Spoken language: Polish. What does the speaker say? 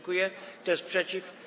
Kto jest przeciw?